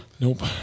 Nope